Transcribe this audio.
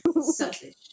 Selfish